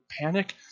panic